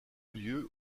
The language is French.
lieu